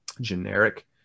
generic